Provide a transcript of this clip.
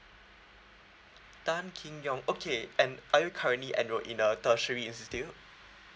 tan kim yong okay and are you currently enrolled in a tertiary institute